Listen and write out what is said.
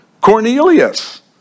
Cornelius